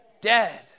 dead